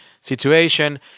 situation